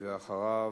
ואחריו,